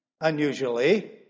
unusually